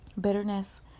Bitterness